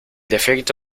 defecto